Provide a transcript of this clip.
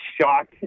shocked